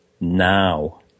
now